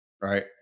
right